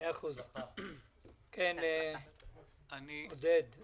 אני רוצה לברך את יושב-ראש הכנסת.